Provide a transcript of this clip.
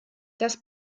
das